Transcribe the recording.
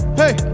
hey